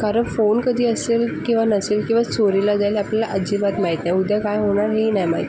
कारण फोन कधी असेल किंवा नसेल किंवा चोरीला जाईल आपल्याला अजिबात माहीत नाही उद्या काय होणार हेही नाही माहीत